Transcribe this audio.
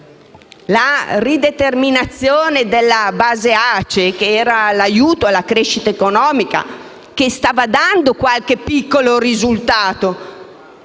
La rideterminazione della base ACE, che era un aiuto alla crescita economica, che stava dando qualche piccolo risultato,